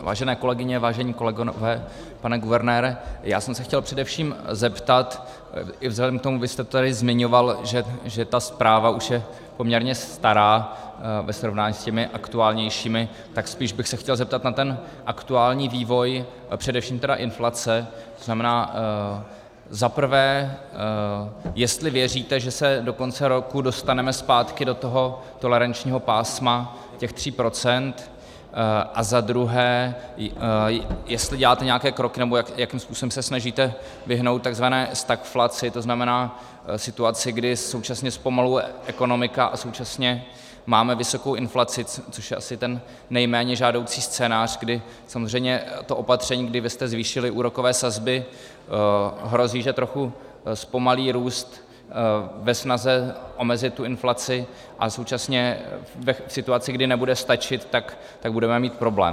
Vážené kolegyně, vážení kolegové, pane guvernére, já jsem se chtěl především zeptat i vzhledem k tomu, vy jste to tady zmiňoval, že ta zpráva už je poměrně stará ve srovnání s těmi aktuálnějšími, tak spíše bych se chtěl zeptat na ten aktuální vývoj, především tedy inflace, to znamená, za prvé, jestli věříte, že se do konce roku dostaneme zpátky do toho tolerančního pásma těch 3 procent, a za druhé, jestli děláte nějaké kroky nebo jakým způsobem se snažíte vyhnout takzvané stagflaci, to znamená situaci, kdy současně zpomaluje ekonomika a současně máme vysokou inflaci, což je asi ten nejméně žádoucí scénář, kdy samozřejmě to opatření, kdy vy jste zvýšili úrokové sazby, hrozí, že trochu zpomalí růst ve snaze omezit tu inflaci, a současně v situaci, kdy nebude stačit, tak budeme mít problém.